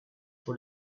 for